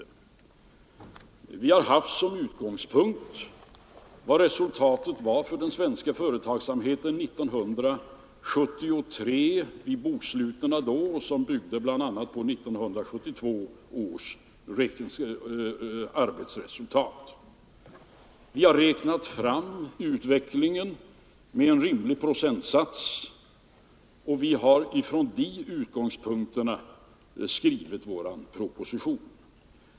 Som utgångspunkt har vi haft resultaten vid boksluten 1973 för den svenska företagsamheten, resultat som bl.a. byggde på 1972 års arbetsresultat. Vi har räknat fram utvecklingen med en rimlig procentsats, och från de utgångspunkterna har vi skrivit vår proposition.